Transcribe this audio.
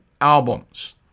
albums